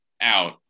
out